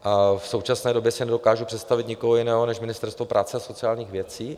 V současné době si nedokážu představit nikoho jiného než Ministerstvo práce a sociálních věcí.